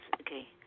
okay